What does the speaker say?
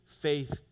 faith